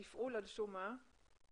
שפעול, על שום מה?